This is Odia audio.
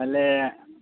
ତାହାଲେ